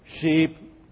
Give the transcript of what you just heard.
sheep